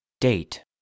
Date